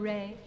Ray